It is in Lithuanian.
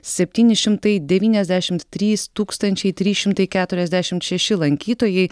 septyni šimtai devyniasdešimt trys tūkstančiai trys šimtai keturiasdešimt šeši lankytojai